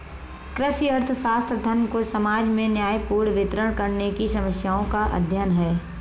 कृषि अर्थशास्त्र, धन को समाज में न्यायपूर्ण वितरण करने की समस्याओं का अध्ययन है